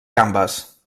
gambes